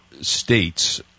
states